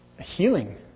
healing